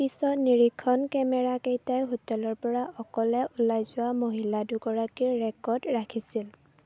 পিছত নিৰীক্ষণ কেমেৰাকেইটাই হোটেলৰ পৰা অকলে ওলাই যোৱা মহিলা দুগৰাকীৰ ৰেকৰ্ড ৰাখিছিল